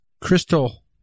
Crystal